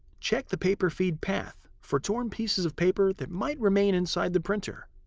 check the paper feed path for torn pieces of paper that might remain inside the printer.